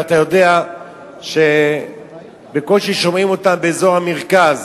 ואתה יודע שבקושי שומעים אותה באזור המרכז,